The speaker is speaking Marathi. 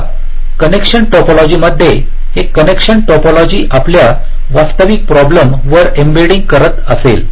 आता या कनेक्शन टोपोलॉजी मध्ये हे कनेक्शन टोपोलॉजी आपल्या वास्तविक प्रॉब्लेम वर एम्बइडिंग करत असेल